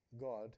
God